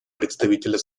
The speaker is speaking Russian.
представителя